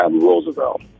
Roosevelt